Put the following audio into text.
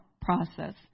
process